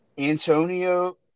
Antonio